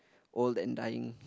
old and dying